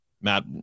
Matt